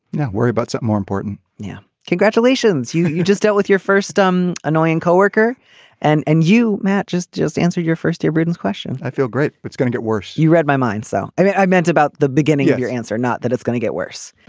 worry about some more important. yeah. congratulations you you just dealt with your first dumb annoying co-worker and and you matches just answer your first ever written question. i feel great. but it's gonna get worse. you read my mind so i mean i meant about the beginning of your answer not that it's gonna get worse